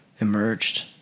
emerged